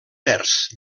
terç